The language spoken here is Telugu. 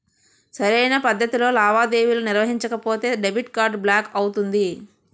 సరైన పద్ధతిలో లావాదేవీలు నిర్వహించకపోతే డెబిట్ కార్డ్ బ్లాక్ అవుతుంది